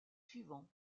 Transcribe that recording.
suivant